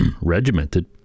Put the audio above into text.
regimented